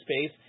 space